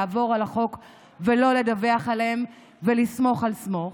לעבור על החוק ולא לדווח עליהם ולסמוך על סמוך.